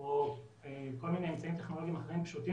או כל מיני אמצעים טכנולוגים אחרים פשוטים